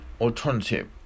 alternative